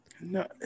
No